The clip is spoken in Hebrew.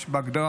יש בהגדרה,